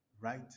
right